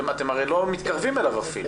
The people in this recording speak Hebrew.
אתם הרי לא מתקרבים אליו אפילו.